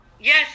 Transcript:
yes